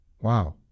Wow